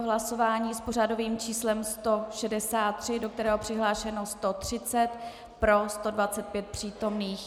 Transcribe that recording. Hlasování s pořadovým číslem 163, do kterého je přihlášeno 130, pro 125 přítomných.